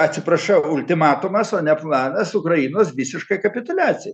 atsiprašau ultimatumas o ne planas ukrainos visiškai kapituliacijai